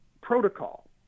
protocol